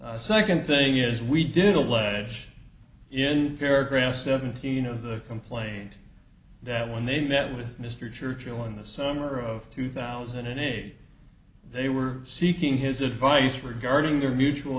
second thing is we did allege in paragraph seventeen of the complaint that when they met with mr churchill in the summer of two thousand and eight they were seeking his advice regarding their mutual